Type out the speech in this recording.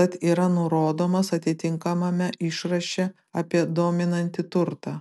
tad yra nurodomas atitinkamame išraše apie dominantį turtą